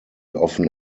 often